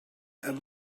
and